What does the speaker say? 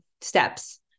steps